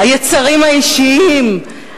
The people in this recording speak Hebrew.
היצרים האישיים,